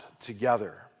together